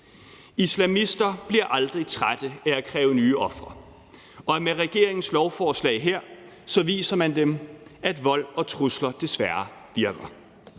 Islamister bliver aldrig trætte af at kræve nye ofre, og med regeringens lovforslag her viser man dem, at vold og trusler desværre virker.